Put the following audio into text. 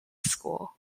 school